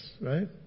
right